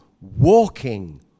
walking